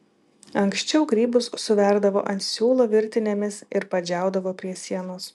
anksčiau grybus suverdavo ant siūlo virtinėmis ir padžiaudavo prie sienos